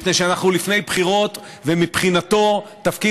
מפני שאנחנו לפני בחירות ומבחינתו תפקיד